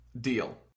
deal